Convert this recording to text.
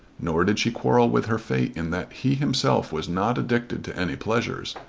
nor did she quarrel with her fate in that he himself was not addicted to any pleasures.